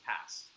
passed